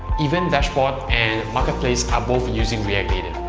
event dashboard and marketplace are both using react native.